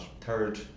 third